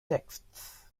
texts